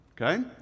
okay